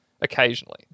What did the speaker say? occasionally